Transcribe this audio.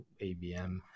ABM